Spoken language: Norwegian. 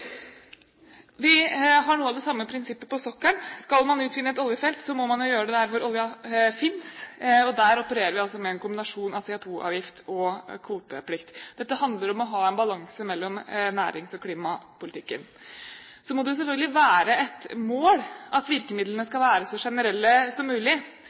Vi har noe av det samme prinsippet på sokkelen. Skal man utvinne et oljefelt, må man jo gjøre det der oljen finnes, og der opererer vi altså med en kombinasjon av CO2-avgift og kvoteplikt. Dette handler om å ha en balanse mellom nærings- og klimapolitikken. Så må det selvfølgelig være et mål at virkemidlene skal være så generelle som mulig.